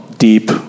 Deep